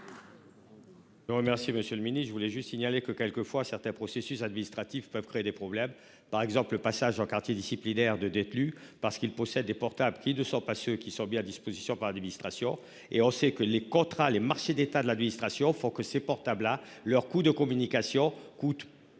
Remercie Monsieur le mini je voulais juste signaler que quelques fois certains processus administratifs peuvent créer des problèmes par exemple le passage en quartier disciplinaire de détenus parce qu'ils possèdent des portables qui de 100 pas ce qui sont bien à disposition par l'administration et on sait que les contrats les marchés d'État de l'administration font que ces portables à leurs coûts de communication coûte.